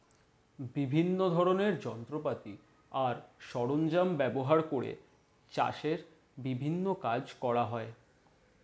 বিভিন্ন ধরনের যন্ত্রপাতি আর সরঞ্জাম ব্যবহার করে চাষের বিভিন্ন কাজ করা হয়